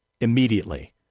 immediately